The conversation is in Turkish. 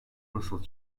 nasıl